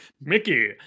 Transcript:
Mickey